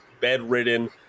bedridden